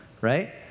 right